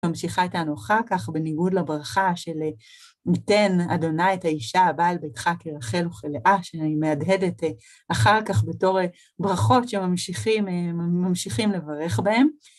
ממשיכה איתנו אחר כך בניגוד לברכה של ייתן אדוני את האישה הבאה אל ביתך כרחל וכלאה, שאני מהדהדת אחר כך בתור ברכות שממשיכים לברך בהן.